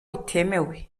bitemewe